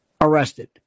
arrested